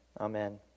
Amen